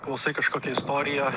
klausai kažkokią istoriją